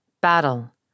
Battle